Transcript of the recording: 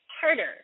harder